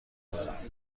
بزن